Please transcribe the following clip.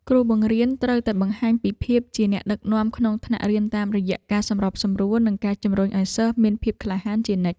គ្រូបង្រៀនត្រូវតែបង្ហាញពីភាពជាអ្នកដឹកនាំក្នុងថ្នាក់រៀនតាមរយៈការសម្របសម្រួលនិងការជំរុញឱ្យសិស្សមានភាពក្លាហានជានិច្ច។